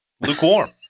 lukewarm